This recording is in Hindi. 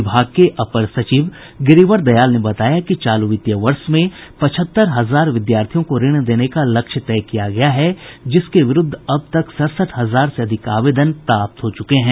विभाग के अपर सचिव गिरिवर दयाल ने बताया कि चालू वित्तीय वर्ष में पचहत्तर हजार विद्यार्थियों को ऋण देने का लक्ष्य तय किया गया है जिसके विरुद्ध अब तक सड़सठ हजार से अधिक आवेदन प्राप्त हो चुके हैं